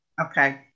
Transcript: Okay